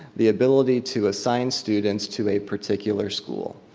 the ability to assign students to a particular school.